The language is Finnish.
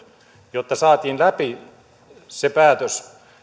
jotta saatiin läpi se päätös